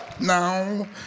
now